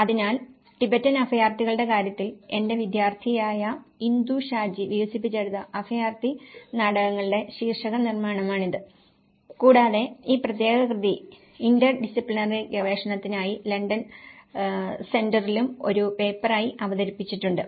അതിനാൽ ടിബറ്റൻ അഭയാർത്ഥികളുടെ കാര്യത്തിൽ എന്റെ വിദ്യാർത്ഥിയായ ഇന്ദു ഷാജി വികസിപ്പിച്ചെടുത്ത അഭയാർത്ഥി നാടകങ്ങളുടെ ശീർഷക നിർമ്മാണമാണിത് കൂടാതെ ഈ പ്രത്യേക കൃതി ഇന്റർ ഡിസിപ്ലിനറി ഗവേഷണത്തിനായി ലണ്ടൻ സെന്ററിലും ഒരു പേപ്പറായി അവതരിപ്പിച്ചിട്ടുണ്ട്